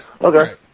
Okay